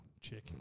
chick